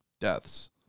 deaths